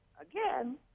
again